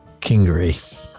Kingery